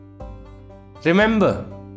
Remember